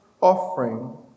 offering